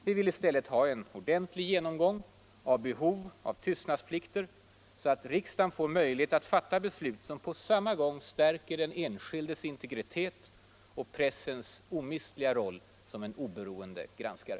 Vi vill i stället ha en ordentlig genomgång av behoven av tystnadsplikt så att riksdagen får möjlighet att fatta beslut som på samma gång stärker den enskildes integritet och pressens omistliga roll såsom en oberoende granskare.